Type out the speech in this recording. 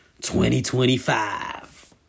2025